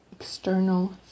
external